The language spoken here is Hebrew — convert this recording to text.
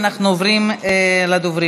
ואנחנו עוברים לדוברים.